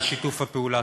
על שיתוף הפעולה.